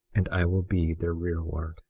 and i will be their rearward.